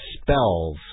spells